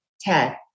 Ted